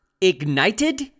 Ignited